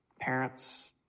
Parents